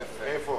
איפה?